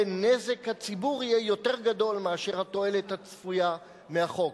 ונזק הציבור יהיה יותר גדול מהתועלת הצפויה מהחוק.